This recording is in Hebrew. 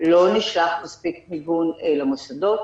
לא נשלח מספיק מיגון למוסדות.